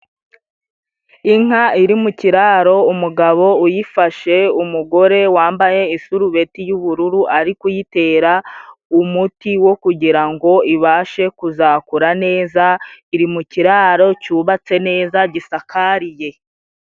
Inka iri mu kiraro umugabo uyifashe umugore wambaye isurubeti y'ubururu. Ari kuyitera umuti wo kugira ngo ibashe, kuzakura neza iri mu kiraro cyubatse neza gisakariye.